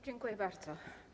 Dziękuję bardzo.